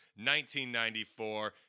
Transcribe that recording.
1994